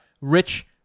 rich